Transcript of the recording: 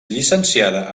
llicenciada